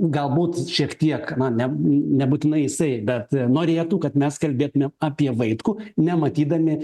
galbūt šiek tiek na ne nebūtinai jisai bet norėtų kad mes kalbėtumėm apie vaitkų nematydami